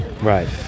Right